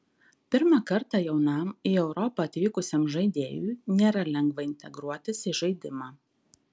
pirmą kartą jaunam į europą atvykusiam žaidėjui nėra lengva integruotis į žaidimą